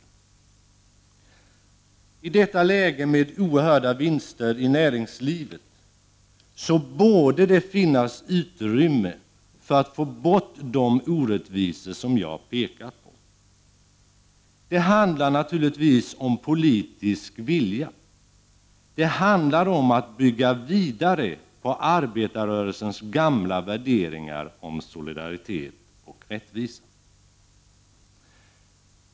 I detta läge, med oerhörda vinster i näringslivet, borde det finnas utrymme för att få bort de orättvisor som jag pekar på. Det handlar naturligtvis om politisk vilja, det handlar om att bygga vidare på arbetarrörelsens gamla värderingar om solidaritet och rättvisa.